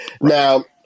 Now